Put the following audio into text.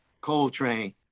Coltrane